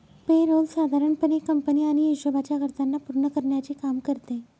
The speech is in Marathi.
पे रोल साधारण पणे कंपनी आणि हिशोबाच्या गरजांना पूर्ण करण्याचे काम करते